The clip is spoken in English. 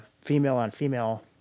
female-on-female